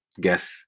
guess